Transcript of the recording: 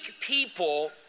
people